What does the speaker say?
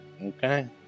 Okay